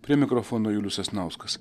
prie mikrofono julius sasnauskas